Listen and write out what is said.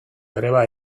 greba